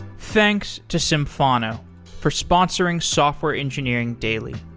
thanks to symphono for sponsoring software engineering daily.